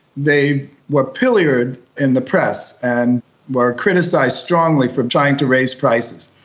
they were pilloried in the press and were criticised strongly for trying to raise prices.